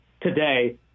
Today